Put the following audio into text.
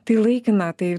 tai laikina tai